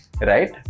right